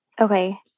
Okay